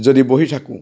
যদি বহি থাকোঁ